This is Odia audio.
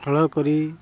ହଳ କରି